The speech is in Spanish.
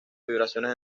vibraciones